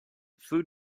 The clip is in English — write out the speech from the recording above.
food